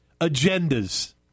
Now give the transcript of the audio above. agendas